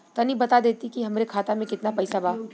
तनि बता देती की हमरे खाता में कितना पैसा बा?